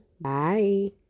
Bye